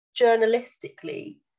journalistically